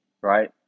right